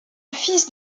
fils